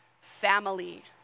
family